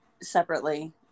separately